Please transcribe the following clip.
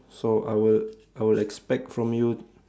so I will I will expect from you